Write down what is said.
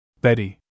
Betty